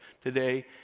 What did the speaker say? today